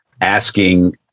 asking